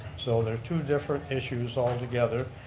so they're two different issues altogether.